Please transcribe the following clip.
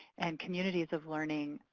and communities of learning,